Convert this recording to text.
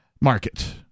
market